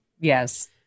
Yes